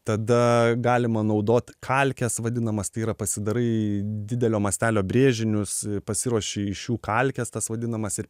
tada galima naudot kalkes vadinamas tai yra pasidarai didelio mastelio brėžinius pasiruoši iš jų kalkes tas vadinamas ir